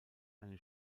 eine